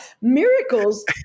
miracles